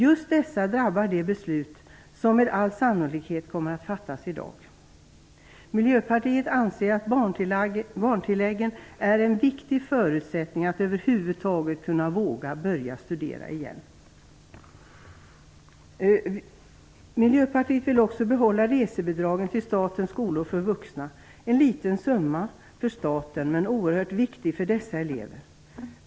Just dessa drabbar det beslut som med all sannolikhet kommer att fattas i dag. Miljöpartiet anser att barntilläggen är en viktig förutsättning för att man över huvud taget vågar börjar studera igen. Miljöpartiet vill också behålla resebidragen till statens skolor för vuxna, en liten summa för staten men oerhört viktig för dessa elever.